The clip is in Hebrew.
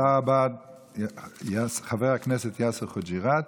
תודה רבה, חבר הכנסת יאסר חוג'יראת.